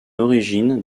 origine